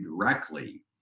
directly